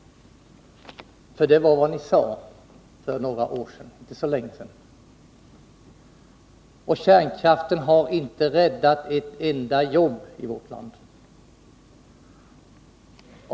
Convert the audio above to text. Det var vad ni sade för några år sedan — det är inte så länge sedan. Men kärnkraften har inte räddat ett enda jobb i vårt land.